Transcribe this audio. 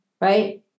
right